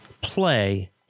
play